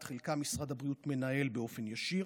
את חלקם משרד הבריאות מנהל באופן ישיר,